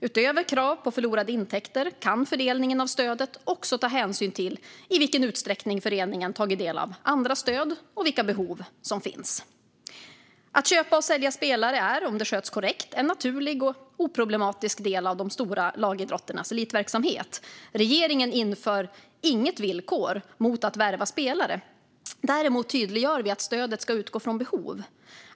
Utöver krav på förlorade intäkter kan fördelningen av stödet också ta hänsyn till i vilken utsträckning föreningen har tagit del av andra stöd och till vilka behov som finns. Att köpa och sälja spelare är, om det sköts korrekt, en naturlig och oproblematisk del av de stora lagidrotternas elitverksamhet. Regeringen inför inget villkor mot att värva spelare. Däremot tydliggör vi att stödet ska utgå från behov.